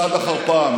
פעם אחר פעם,